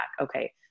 Okay